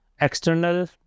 external